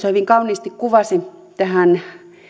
hyvin kauniisti kuvasi tähän